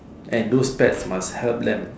and those pets must help them